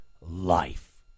life